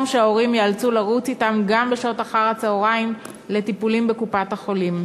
שההורים ייאלצו לרוץ אתם גם בשעות אחר-הצהריים לטיפולים בקופת-החולים.